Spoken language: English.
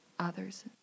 others